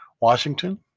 washington